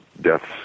deaths